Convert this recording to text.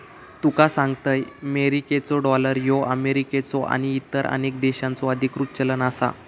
तुका सांगतंय, मेरिकेचो डॉलर ह्यो अमेरिकेचो आणि इतर अनेक देशांचो अधिकृत चलन आसा